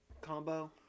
combo